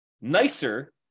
nicer